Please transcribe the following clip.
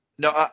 No